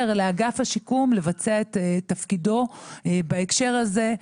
לאגף השיקום לבצע את תפקידו בהקשר הזה.